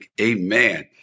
Amen